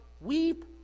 weep